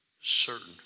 certain